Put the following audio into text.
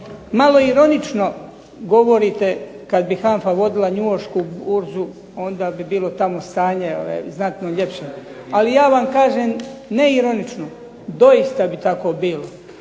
Malo ironično govorite, kad bi HANFA vodila njujoršku burzu onda bi bilo tamo stanje znatno ljepše. Ali ja vam kažem, ne ironično, doista bi tako bilo.